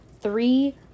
three